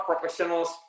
professionals